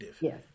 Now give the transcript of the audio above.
Yes